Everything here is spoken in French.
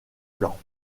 plan